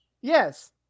Yes